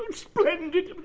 um splendid! but